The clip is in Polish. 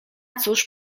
cóż